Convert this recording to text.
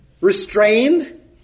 restrained